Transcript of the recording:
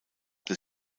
des